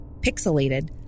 pixelated